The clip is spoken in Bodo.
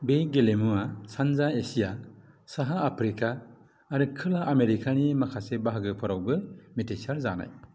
बे गेलेमुवा सानजा एसिया साहा आफ्रिका आरो खोला आमेरिकानि माखासे बाहागोफोरावबो मिथिसारजानाय